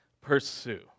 pursue